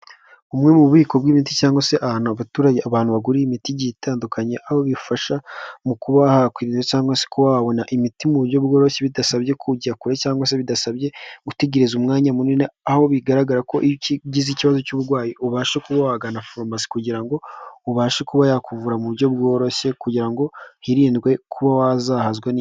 Bumwe mu bubiko bw'imiti cyangwa se ahantu abantu bagurira imiti igiye itandukanye, aho bifasha mu kuba hakwirindwa cyangwa se wabona imiti mu buryo bworoshye bidasabye kujya kure cyangwa se bidasabye gutegereza umwanya munini, aho bigaragara ko ugize ikibazo cy'uburwayi, ubasha kuba wagana farumasi kugira ngo ubashe kuba yakuvura mu buryo bworoshye kugira ngo hirindwe kuba wazahazwa...